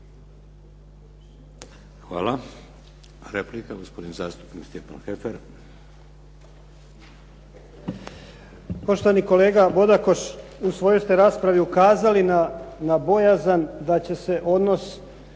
Hvala. Replika, gospodin zastupnik Goran Heffer. **Heffer, Goran (SDP)** Poštovani kolega Bodakoš, u svojoj ste raspravi ukazali na bojazan da će se odnos